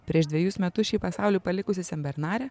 prieš dvejus metus šį pasaulį palikusi senbernarė